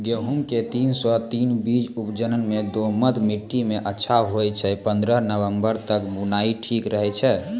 गेहूँम के तीन सौ तीन बीज उपज मे दोमट मिट्टी मे अच्छा होय छै, पन्द्रह नवंबर तक बुआई ठीक रहै छै